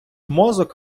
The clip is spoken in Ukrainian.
мозок